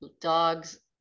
dogs